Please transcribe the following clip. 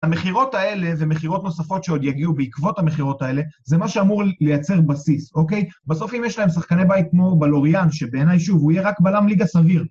המכירות האלה ומכירות נוספות שעוד יגיעו בעקבות המכירות האלה, זה מה שאמור לייצר בסיס, אוקיי? בסוף אם יש להם שחקני בית, כמו בלוריאן, שבעיניי, שוב, הוא יהיה רק בלם ליגה סביר.